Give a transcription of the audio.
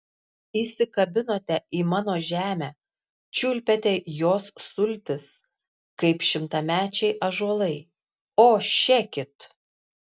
įsikabinote į mano žemę čiulpėte jos sultis kaip šimtamečiai ąžuolai o šekit